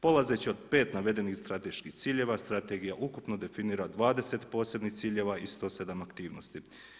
Polazeći od 5 navedenih strateških ciljeva Strategija ukupno definira 20 posebnih ciljeva i 107 aktivnosti.